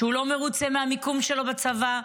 שהוא לא מרוצה מהמיקום שלו בצבא,